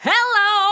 Hello